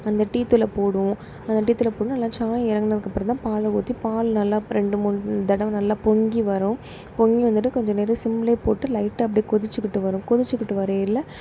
அந்த டீ தூளை போடுவோம் அந்த டீ தூளை போட்டு நல்லா சாயம் இறங்கினதுக்கப்புறம்தான் பாலை ஊற்றி பால் நல்லா ரெண்டு மூணு தடவை நல்லா பொங்கி வரும் பொங்கி வந்துட்டு கொஞ்சம் நேரம் சிம்லேயே போட்டு லைட்டாக அப்படியே கொதிச்சுக்கிட்டு வரும் கொதிச்சுக்கிட்டு வரையில